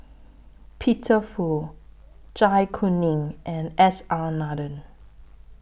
Peter Fu Zai Kuning and S R Nathan